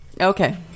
Okay